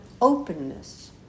openness